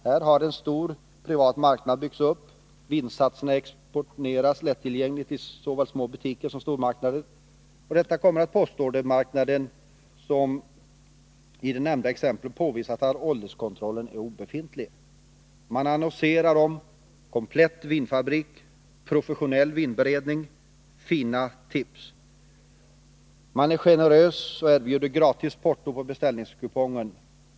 Här har en stor privat marknad byggts upp. Vinsatserna exponeras lättillgängligt i såväl små butiker som stormarknader. Till detta kommer en stor postordermarknad, där det nämnda exemplet påvisar att ålderskontrollen är obefintlig. Man annonserar om ”komplett vinfabrik, professionell vinberedning, fina tips”. Man är generös och erbjuder gratis porto genom beställningskupongen.